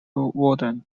whedon